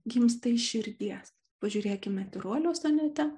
gimsta iš širdies pažiūrėkime tirolio sonete